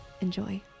Enjoy